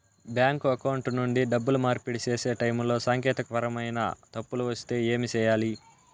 bank account నుండి డబ్బులు మార్పిడి సేసే టైములో సాంకేతికపరమైన తప్పులు వస్తే ఏమి సేయాలి